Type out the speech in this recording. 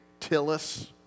Tillis